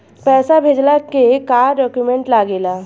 पैसा भेजला के का डॉक्यूमेंट लागेला?